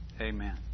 Amen